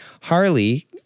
Harley